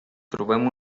trobem